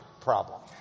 problem